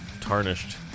tarnished